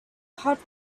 thought